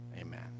Amen